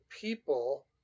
people